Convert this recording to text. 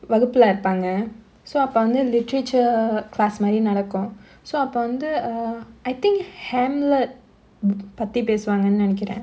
வகுப்புல இருப்பாங்க:vaguppula iruppaanga so அப்ப வந்து:appa vanthu literature class மாரி நடக்கும்:maari nadakkum so அப்ப வந்து:appa vanthu err I think hamlet பத்தி பேசுவாங்க நெனைக்குற:pathi pesuvaanga nenaikkura